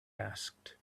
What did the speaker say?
asked